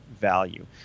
value